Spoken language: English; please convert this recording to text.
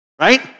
right